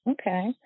okay